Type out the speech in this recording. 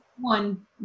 one